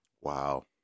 Wow